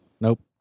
Nope